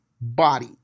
body